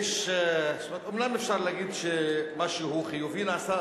אומנם אפשר להגיד שמשהו חיובי נעשה,